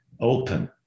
open